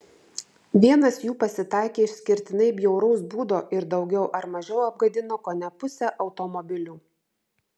vienas jų pasitaikė išskirtinai bjauraus būdo ir daugiau ar mažiau apgadino kone pusę automobilių